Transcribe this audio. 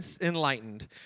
enlightened